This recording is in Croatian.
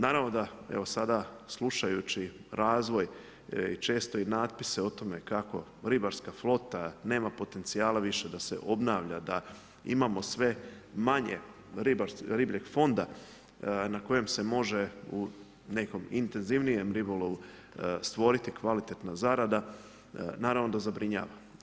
Naravno, evo, sada slušajući, razvoj i često i natpise, o tome, kako ribarska flota nema potencijala više da se obnavlja, da imamo sve manje ribljeg fonda na kojem se može u nekom intenzivnijem ribolovu stvoriti kvalitetna zarada, naravno da zabrinjava.